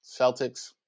Celtics